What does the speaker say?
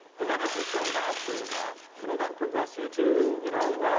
but then as you so mastery of that, it'll then progress you to, you know,